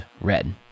red